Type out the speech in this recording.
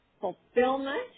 fulfillment